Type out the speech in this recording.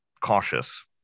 cautious